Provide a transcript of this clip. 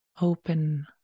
Open